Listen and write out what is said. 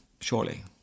Surely